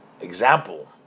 Example